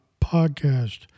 Podcast